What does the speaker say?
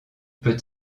peut